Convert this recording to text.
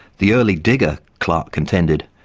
the early digger, clark contended,